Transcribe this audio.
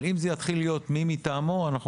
אבל אם זה יתחיל להיות 'מי מטעמו' אנחנו